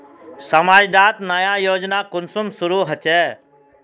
समाज डात नया योजना कुंसम शुरू होछै?